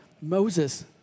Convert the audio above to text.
Moses